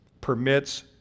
permits